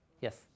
Yes